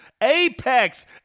Apex